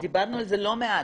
דיברנו על זה לא מעט,